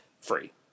free